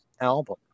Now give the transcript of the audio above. album